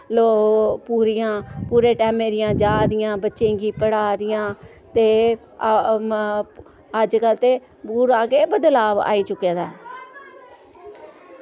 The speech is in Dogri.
लो पूरियां पूरे टैमे दियां जा दियां बच्चें गी पढ़ा दियां ते आ अज्जकल ते पूरा गै बदलाव आई चुके दा ऐ